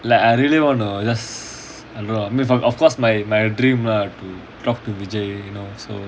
like I really want to just I mean of course my my dream ah to talk to vijay you know so